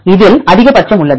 இதில் அதிகபட்சம் உள்ளது